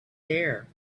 there